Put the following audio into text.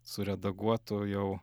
suredaguotų jau